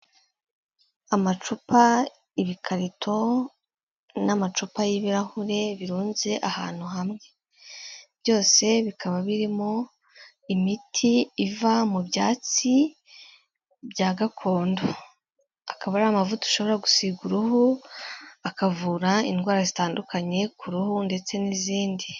Amacupa, ibikarito n'amacupa y'ibirahure birunze ahantu hamwe, byose bikaba birimo imiti iva mu byatsi bya gakondo, akaba ari amavuta ushobora gusiga uruhu akavura indwara zitandukanye ku ruhu ndetse n'izindi.